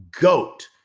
goat